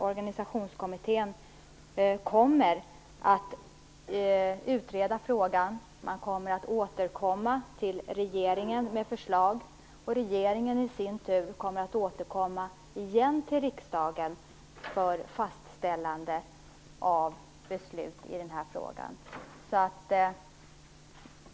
Organisationskommittén kommer att utreda frågan, man kommer att återkomma till regeringen med förslag, och regeringen kommer i sin tur att på nytt återkomma till riksdagen för fastställande av beslut i den här frågan.